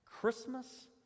Christmas